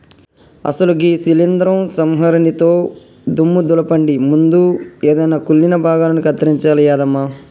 అసలు గీ శీలింద్రం సంహరినితో దుమ్ము దులపండి ముందు ఎదైన కుళ్ళిన భాగాలను కత్తిరించాలి యాదమ్మ